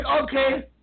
okay